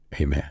Amen